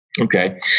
Okay